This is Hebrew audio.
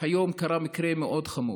היום קרה מקרה מאוד חמור.